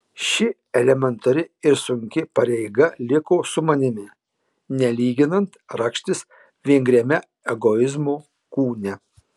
ši elementari ir sunki pareiga liko su manimi nelyginant rakštis vingriame egoizmo kūne